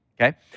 okay